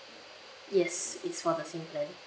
yes it's for the same plan